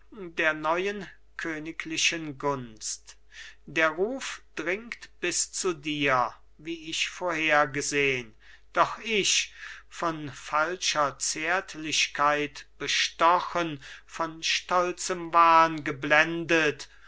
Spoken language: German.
der neuen königlichen gunst der ruf dringt bis zu dir wie ich vorhergesehn doch ich von falscher zärtlichkeit bestochen von stolzem wahn geblendet